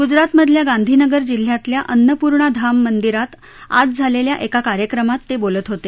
गुजरातमधल्या गांधीनगर जिल्ह्यातल्या अन्नपूर्णा धाम मंदिरात आज झालेल्या एका कार्यक्रमात ते बोलत होते